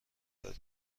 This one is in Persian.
داریم